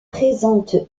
présente